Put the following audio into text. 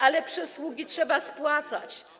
Ale przysługi trzeba spłacać.